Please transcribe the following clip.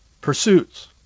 pursuits